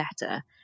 better